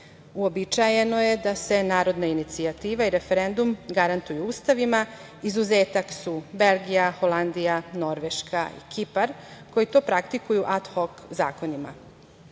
Uobičajeno je da se narodna inicijativa i referendum garantuju ustavima. Izuzetak su Belgija, Holandija, Norveška, Kipar koji to praktikuju ad hok